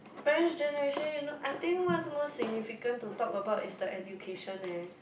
parents generation you know I think what's most significant to talk about is the education eh